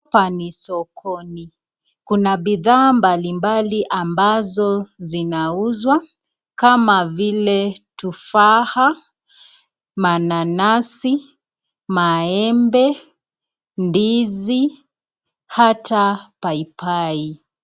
Hapanni sokoni, kuna bidhaa mbalimbali ambazo zinauzwa kama vile tufaha, manansi, membe, ndizi hata paipai.